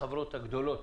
החברות הגדולות,